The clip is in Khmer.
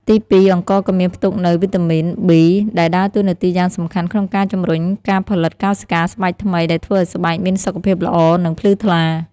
ទីពីរ អង្ករក៏មានផ្ទុកនូវ វីតាមីន ប៊ី ដែលដើរតួនាទីយ៉ាងសំខាន់ក្នុងការជំរុញការផលិតកោសិកាស្បែកថ្មី ដែលធ្វើឱ្យស្បែកមានសុខភាពល្អ និងភ្លឺថ្លា។